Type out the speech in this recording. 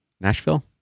Nashville